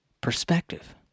perspective